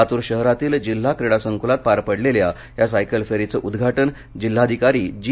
लातूर शहरातील जिल्हा क्रीडा संकुलात पार पडलेल्या या सायकल फेरीचं उद्घाटन जिल्हाधिकारी जी